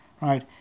right